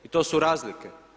I to su razlike.